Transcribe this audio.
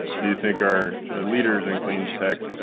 do you think are leaders in clean tech,